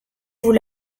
vous